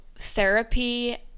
therapy